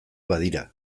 badira